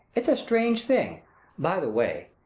it's a strange thing by the way,